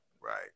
right